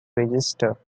register